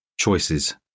choices